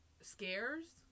scares